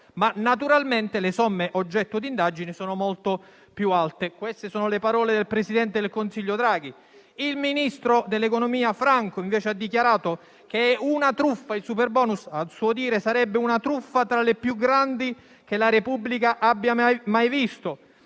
ma naturalmente le somme oggetto di indagine sono molto più alte. Queste sono le parole del presidente del Consiglio Draghi. Il ministro dell'economia Franco, invece, ha dichiarato che è una truffa. Il superbonus, a suo dire, sarebbe una truffa tra le più grandi che la Repubblica abbia mai visto,